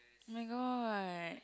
oh-my-god